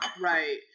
Right